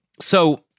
So-